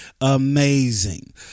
amazing